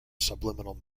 subliminal